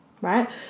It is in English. right